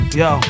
yo